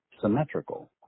symmetrical